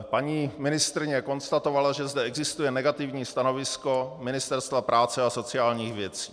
Paní ministryně konstatovala, že zde existuje negativní stanovisko Ministerstva práce a sociálních věcí.